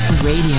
Radio